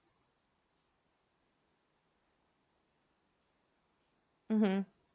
mmhmm